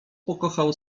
pokochał